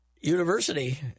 university